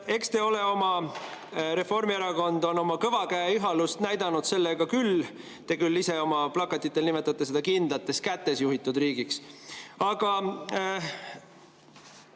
ajal tehti. Eks Reformierakond on oma kõva käe ihalust näidanud sellega küll – te küll ise oma plakatitel nimetate seda kindlates kätes juhitud riigiks. Aga